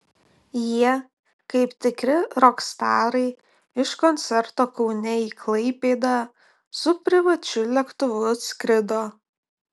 jie kaip tikri rokstarai iš koncerto kaune į klaipėdą su privačiu lėktuvu skrido